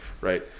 right